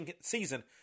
season